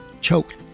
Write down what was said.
Choke